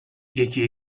یکی